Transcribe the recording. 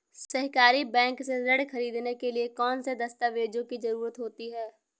सहकारी बैंक से ऋण ख़रीदने के लिए कौन कौन से दस्तावेजों की ज़रुरत होती है?